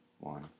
One